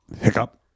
Hiccup